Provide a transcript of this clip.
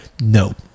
no